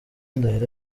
ndahiro